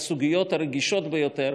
על הסוגיות הרגישות ביותר,